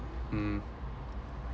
mm